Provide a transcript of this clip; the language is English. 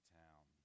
town